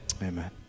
Amen